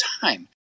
time